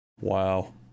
Wow